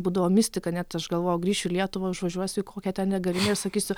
būdavo mistika net aš galvojau grįšiu į lietuvą užvažiuosiu į kokią ten degalinę ir sakysiu